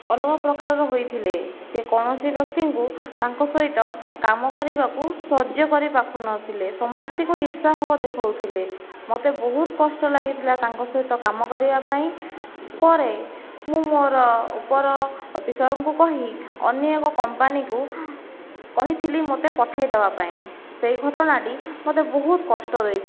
ଅଲଗା ପ୍ରକାରର ହୋଇଥିଲେ ସେ କୌଣସି ବ୍ୟକ୍ତିଙ୍କୁ ତାଙ୍କ ସହିତ କାମ କରିବାକୁ ସହ୍ୟ କରିପାରୁନଥିଲେ ସମସ୍ତିଙ୍କୁ ଈର୍ଷା ଭାବ ଦେଖାଉଥିଲେ ମୋତେ ବହୁତ କଷ୍ଟ ଲାଗିଥିଲା ତାଙ୍କ ସହିତ କାମ କରିବା ପାଇଁ ପରେ ମୁଁ ମୋ'ର ଉପର ଅଫିସର୍ଙ୍କୁ କହି ଅନ୍ୟ ଏକ କମ୍ପାନୀକୁ କହିଥିଲି ମୋତେ ପଠାଇଦବା ପାଇଁ ସେଇ ଘଟଣାଟି ମୋତେ ବହୁତ କଷ୍ଟ ଦେଇଥିଲା